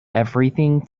everything